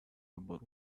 about